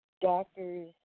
doctors